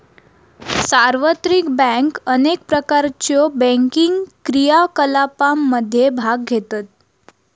सार्वत्रिक बँक अनेक प्रकारच्यो बँकिंग क्रियाकलापांमध्ये भाग घेतत